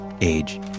age